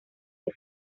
que